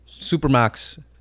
Supermax